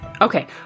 Okay